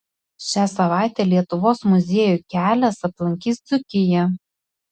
šią savaitę lietuvos muziejų kelias aplankys dzūkiją